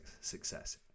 success